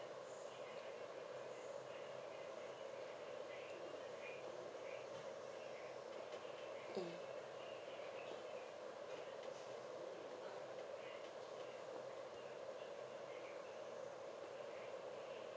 mm